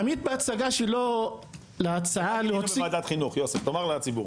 עמית בהצגה שלו להצעה להוציא -- מה היה בוועדת חינוך תאמר לציבור,